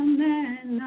Amen